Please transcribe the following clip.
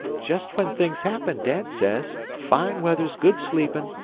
jest when things happen, dad says. fine weather's good sleepin',